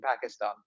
Pakistan